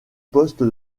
poste